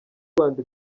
rwanda